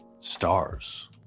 stars